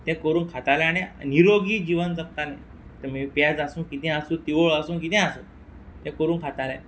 तें करून खाताले आनी निरोगी जिवन जगताले ते मागीर पेज आसूं किदें आसूं तिवळ आसूं किदेंय आसूं ते करून खातले